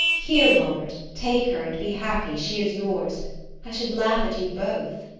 here, robert, take her and be happy she is yours i should laugh at you both.